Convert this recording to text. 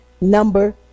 number